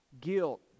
guilt